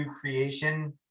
creation